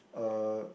uh